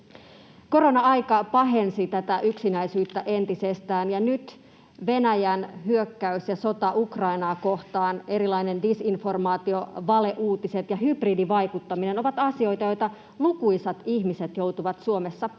Korona-aika pahensi tätä yksinäisyyttä entisestään, ja nyt Venäjän hyökkäys ja sota Ukrainaa kohtaan, erilainen disinformaatio, valeuutiset ja hybridivaikuttaminen ovat asioita, joita lukuisat ihmiset joutuvat Suomessa